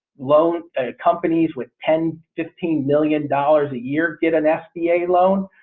loan ah companies with ten, fifteen million dollars a year get an sba loan.